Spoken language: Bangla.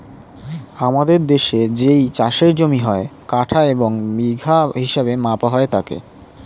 আমাদের দেশের যেই চাষের জমি হয়, কাঠা এবং বিঘা হিসেবে মাপা হয় তাকে